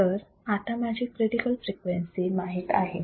तर आता मला माझी क्रिटिकल फ्रिक्वेन्सी माहित आहे